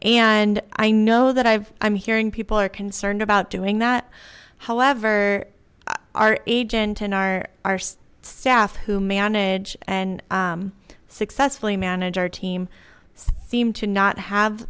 and i know that i've i'm hearing people are concerned about doing that however our agent in our arse saff who manage and successfully manage our team seem to not have